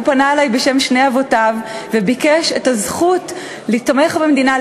הוא פנה אלי בשם שני אבותיו וביקש את הזכות להיתמך על-ידי המדינה,